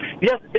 Yes